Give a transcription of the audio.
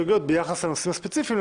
הסתייגויות ביחס לנושאים הספציפיים,